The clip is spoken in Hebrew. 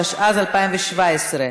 התשע"ז 2017,